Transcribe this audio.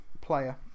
player